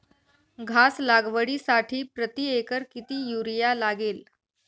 घास लागवडीसाठी प्रति एकर किती युरिया लागेल?